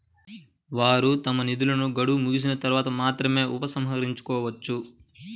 వారు తమ నిధులను గడువు ముగిసిన తర్వాత మాత్రమే ఉపసంహరించుకోవచ్చు